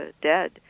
dead